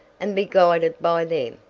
and be guided by them,